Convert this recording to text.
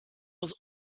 was